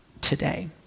today